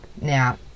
Now